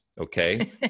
okay